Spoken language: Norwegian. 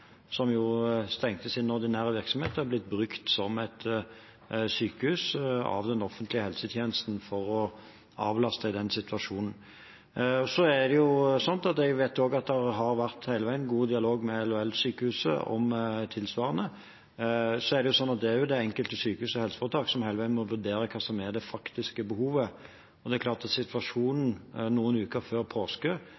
som jo stengte sin ordinære virksomhet og har blitt brukt som et sykehus av den offentlige helsetjenesten for å avlaste situasjonen. Så vet jeg at det hele veien også har vært god dialog med LHL-sykehuset om tilsvarende. Men det er det enkelte sykehus og helseforetak som hele veien må vurdere hva som er det faktiske behovet, og det er klart at situasjonen